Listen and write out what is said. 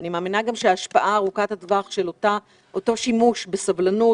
אני מאמינה גם שההשפעה ארוכת-הטווח של אותו שימוש בסבלנות